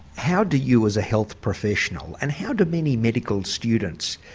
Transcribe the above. how do you as a health professional, and how do many medical students,